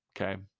Okay